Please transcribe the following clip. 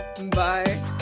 Bye